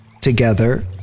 together